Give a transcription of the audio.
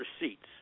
receipts